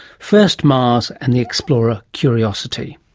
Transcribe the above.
first mars and the explorer curiosity.